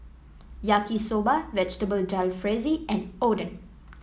Yaki Soba Vegetable Jalfrezi and Oden